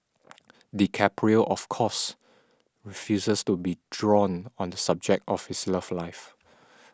DiCaprio of course refuses to be drawn on the subject of his love life